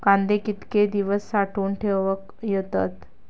कांदे कितके दिवस साठऊन ठेवक येतत?